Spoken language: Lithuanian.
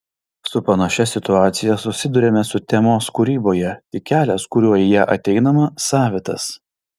su panašia situacija susiduriame sutemos kūryboje tik kelias kuriuo į ją ateinama savitas